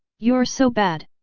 you're so bad!